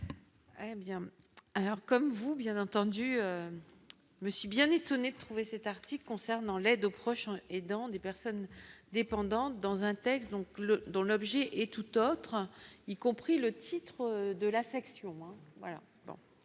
comme vous bien entendu monsieur bien étonné trouvé cet article concernant l'aide au Proche-Orient et dans des personnes dépendantes dans un texte donc dont l'objet est toute autre, y compris le titre de la section